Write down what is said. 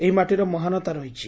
ଏହି ମାଟିର ମହାନତା ରହିଛି